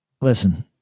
Listen